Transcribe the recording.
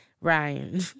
Ryan